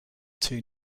two